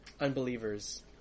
unbelievers